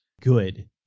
good